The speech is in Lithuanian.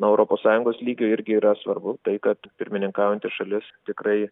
na europos sąjungos lygiu irgi yra svarbu tai kad pirmininkaujanti šalis tikrai